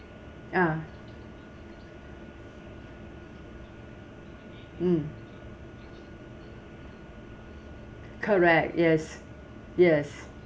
ah mm correct yes yes